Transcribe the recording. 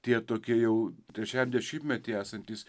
tie tokie jau trečiajam dešimtmety esantys